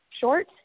short